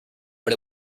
but